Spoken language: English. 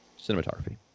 cinematography